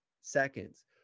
seconds